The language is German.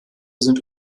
sind